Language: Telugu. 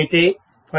అయితే 5